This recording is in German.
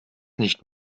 nicht